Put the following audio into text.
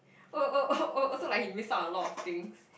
oh oh oh oh also like he missed out on a lot of things